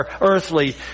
earthly